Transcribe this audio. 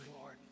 Lord